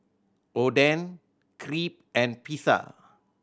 Oden Crepe and Pizza